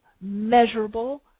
measurable